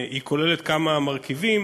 היא כוללת כמה מרכיבים